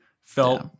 Felt